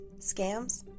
scams